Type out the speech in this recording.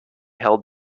held